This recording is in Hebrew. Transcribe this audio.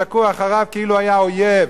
יזעקו אחריו כאילו היה האויב,